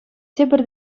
тепӗр